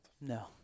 No